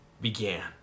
began